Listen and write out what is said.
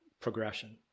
progression